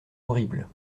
horrible